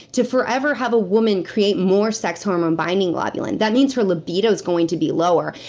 to forever have a woman create more sex hormone binding globulin. that means her libido's going to be lower.